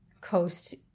coast